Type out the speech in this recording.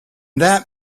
that